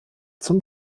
zum